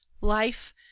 life